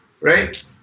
right